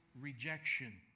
rejection